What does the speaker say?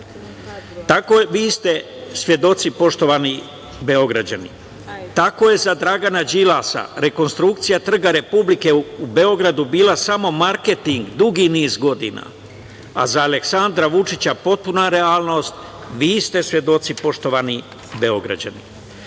stvarnost. Vi ste, svedoci poštovani Beograđani. Tako je za Dragana Đilasa rekonstrukcija Trga Republike u Beogradu bio samo marketing dugi niz godina, a za Aleksandra Vučića potpuna realnost. Vi ste svedoci, poštovani Beograđani. Tako